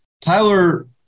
Tyler